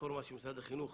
הפלטפורמה שמשרד החינוך